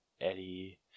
Eddie